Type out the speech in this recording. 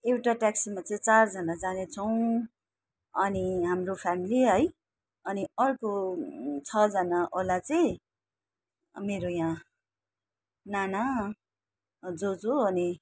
एउटा ट्याक्सीमा चाहिँ चारजना जाने छौँ अनि हाम्रो फ्यामिली है अनि अर्को छजना वाला चाहिँ मेरो यहाँ नाना जोजो अनि